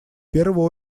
первую